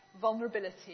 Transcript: vulnerability